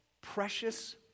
Precious